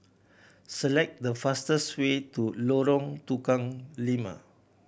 select the fastest way to Lorong Tukang Lima